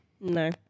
No